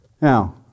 Now